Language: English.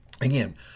again